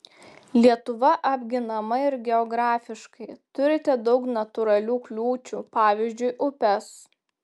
lietuva apginama ir geografiškai turite daug natūralių kliūčių pavyzdžiui upes